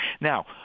Now